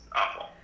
awful